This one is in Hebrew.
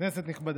כנסת נכבדה,